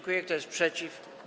Kto jest przeciw?